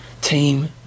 Team